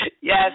Yes